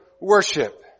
worship